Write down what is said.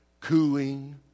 cooing